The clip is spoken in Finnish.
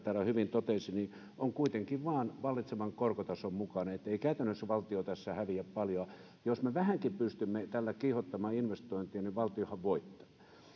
täällä hyvin totesi on kuitenkin vain vallitsevan korkotason mukainen niin että ei käytännössä valtio tässä häviä paljoa jos me vähänkin pystymme tällä kiihottamaan investointeja niin valtiohan voittaa